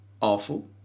awful